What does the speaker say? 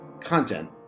content